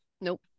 nope